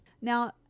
Now